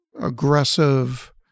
aggressive